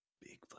Big